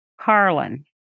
Carlin